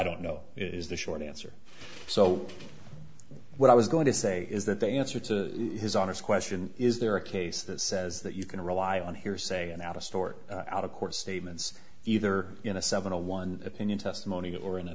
don't know is the short answer so what i was going to say is that the answer to his honour's question is there a case that says that you can rely on hearsay and out of stuart out of court statements either in a seven to one opinion testimony or in a